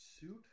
Suit